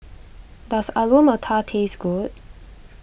does Alu Matar taste good